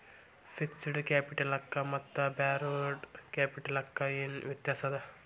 Fixed ಕ್ಯಾಪಿಟಲಕ್ಕ ಮತ್ತ ಬಾರೋಡ್ ಕ್ಯಾಪಿಟಲಕ್ಕ ಏನ್ ವ್ಯತ್ಯಾಸದ?